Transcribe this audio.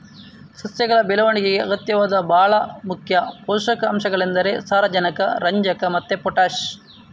ಸಸ್ಯಗಳ ಬೆಳವಣಿಗೆಗೆ ಅಗತ್ಯವಾದ ಭಾಳ ಮುಖ್ಯ ಪೋಷಕಾಂಶಗಳೆಂದರೆ ಸಾರಜನಕ, ರಂಜಕ ಮತ್ತೆ ಪೊಟಾಷ್